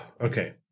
okay